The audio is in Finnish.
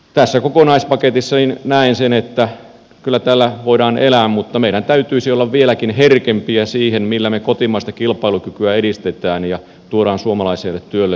tässä kokonaispaketissa näen sen että kyllä tällä voidaan elää mutta meidän täytyisi olla vieläkin herkempiä siihen millä me kotimaista kilpailukykyä edistämme ja tuomme suomalaiselle työlle